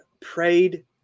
prayed